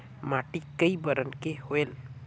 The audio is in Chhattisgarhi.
माटी कई बरन के होयल?